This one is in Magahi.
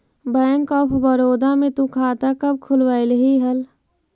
बैंक ऑफ बड़ोदा में तु खाता कब खुलवैल्ही हल